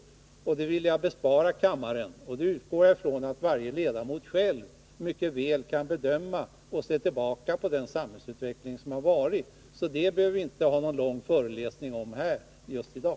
Det ville jag bespara kammaren. Jag utgår från att varje ledamot själv mycket väl kan se tillbaka på och bedöma den samhällsutveckling som skett, och vi behöver alltså inte ha någon lång föreläsning om detta i dag.